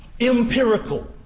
empirical